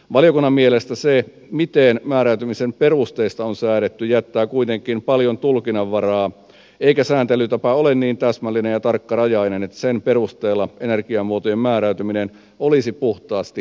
valiokunnan mielestä se miten määräytymisen perusteista on säädetty jättää kuitenkin paljon tulkinnanvaraa eikä sääntelytapa ole niin täsmällinen ja tarkkarajainen että sen perusteella energiamuotojen määräytyminen olisi puhtaasti teknistä